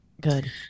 Good